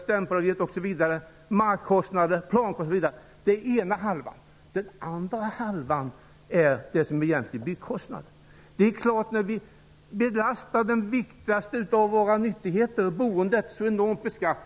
stämpelavgifter, markkostnader osv., och den andra halvan av kalkylen utgör de egentliga byggkostnaderna. Det är självklart att boendet blir dyrt när den viktigaste av våra nyttigheter belastas med så mycket skatt.